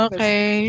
Okay